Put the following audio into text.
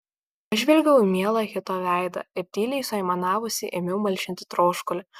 pažvelgiau į mielą hito veidą ir tyliai suaimanavusi ėmiau malšinti troškulį